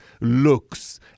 looks